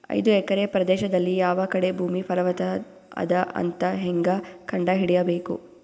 ಐದು ಎಕರೆ ಪ್ರದೇಶದಲ್ಲಿ ಯಾವ ಕಡೆ ಭೂಮಿ ಫಲವತ ಅದ ಅಂತ ಹೇಂಗ ಕಂಡ ಹಿಡಿಯಬೇಕು?